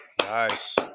Nice